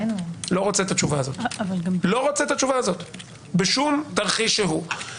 אני לא רוצה את התשובה הזאת בשום תרחיש בנגררת.